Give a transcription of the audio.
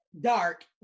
Dark